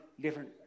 different